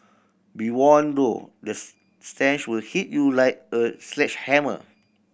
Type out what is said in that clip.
be warned though the stench will hit you like a sledgehammer